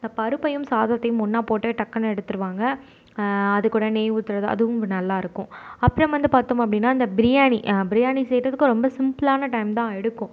இந்த பருப்பையும் சாதத்தையும் ஒன்றா போட்டு டக்குனு எடுத்துடுவாங்க அதுகூட நெய் ஊத்துறது அதுவும் நல்லாயிருக்கும் அப்புறம் வந்து பார்த்தோம் அப்படின்னா இந்த பிரியாணி பிரியாணி செய்கிறதுக்கு ரொம்ப சிம்பிளான டைம் தான் எடுக்கும்